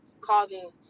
causing